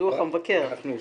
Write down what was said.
אנחנו עוסקים בזה.